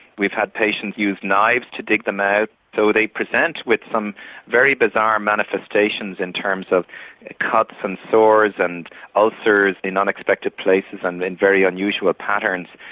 we've had patients use knives to dig them out so they present with some very bizarre manifestations in terms of cuts and sores and ulcers in unexpected places and in very unusual patterns.